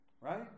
Right